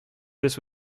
this